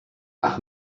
ach